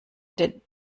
den